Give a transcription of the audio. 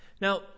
Now